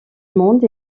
monde